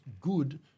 good